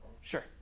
Sure